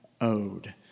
owed